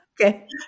Okay